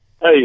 Hey